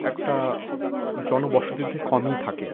একটা জনবসতিতে কমই থাকে